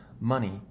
money